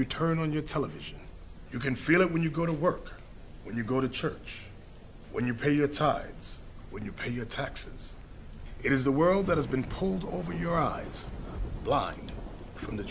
you turn on your television you can feel it when you go to work when you go to church when you pay your ties when you pay your taxes it is the world that has been pulled over your eyes blind from the